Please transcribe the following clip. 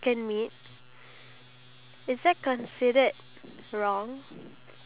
once I ever feed cook chicken to birds and they actually eat